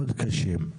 מאוד קשים.